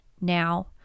now